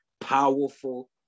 powerful